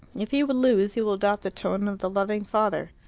if he would lose, he will adopt the tone of the loving father.